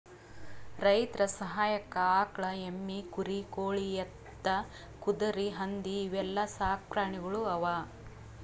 ರೈತರ್ ಸಹಾಯಕ್ಕ್ ಆಕಳ್, ಎಮ್ಮಿ, ಕುರಿ, ಕೋಳಿ, ಎತ್ತ್, ಕುದರಿ, ಹಂದಿ ಇವೆಲ್ಲಾ ಸಾಕ್ ಪ್ರಾಣಿಗೊಳ್ ಅವಾ